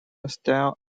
stiles